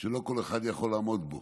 שלא כל אחד יכול לעמוד בו,